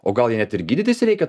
o gal jai net ir gydytis reikia